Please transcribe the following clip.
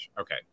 Okay